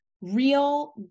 real